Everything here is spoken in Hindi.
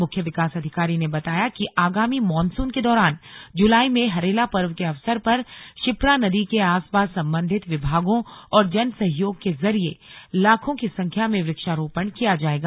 मुख्य विकास अधिकारी ने बताया कि आगामी मानसून के दौरान जुलाई में हरेला पर्व के अवसर पर शिप्रा नदी के आसपास सम्बन्धित विभागों और जन सहयोग के जरिये लाखों की संख्या में वृक्षारोपण किया जाएगा